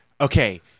Okay